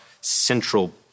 central